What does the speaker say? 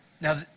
now